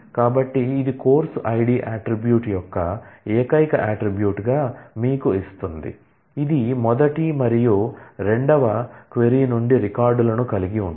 కాబట్టి ఇది course ID attribute యొక్క ఏకైక అట్ట్రిబ్యూట్ గా మీకు ఇస్తుంది ఇది మొదటి మరియు రెండవ క్వరీ నుండి రికార్డులను కలిగి ఉంటుంది